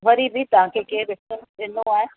वरी बि तव्हांखे कंहिं रिफरंस ॾिनो आहे